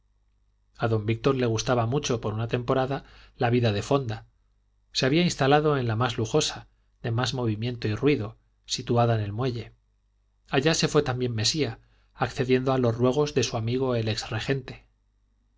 a don víctor le gustaba mucho por una temporada la vida de fonda se había instalado en la más lujosa de más movimiento y ruido situada en el muelle allá se fue también mesía accediendo a los ruegos de su amigo el ex regente